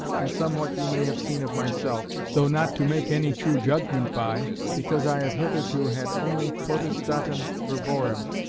and somewhat you may have seen of myself, though not to make any true judgement by, because i have hitherto had only potestatem verborum,